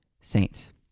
Saints